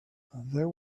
there